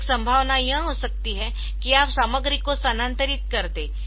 तो एक संभावना यह हो सकती है कि आप सामग्री को स्थानांतरित कर दे